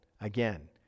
Again